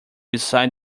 beside